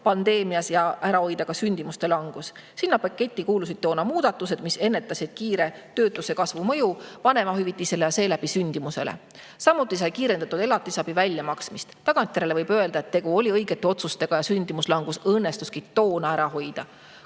koroonapandeemias ja ära hoida ka sündimuse langus. Sinna paketti kuulusid toona muudatused, mis ennetasid töötuse kiire kasvu mõju vanemahüvitisele ja selle kaudu ka sündimusele. Samuti sai kiirendatud elatisabi väljamaksmist. Tagantjärele võib öelda, et tegu oli õigete otsustega ja sündimuse langus õnnestuski toona ära hoida.